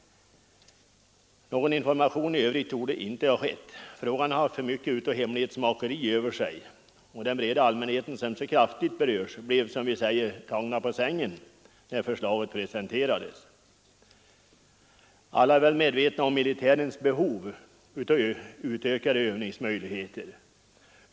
Någon information i övrigt torde inte ha skett. Frågan har haft för mycket av hemlighetsmakeri över sig. Den breda allmänheten, som så kraftigt berörs, blev — som vi säger — tagen på sängen när förslaget presenterades. Alla är väl medvetna om militärens behov av utökade övningsmöjligheter.